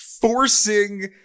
forcing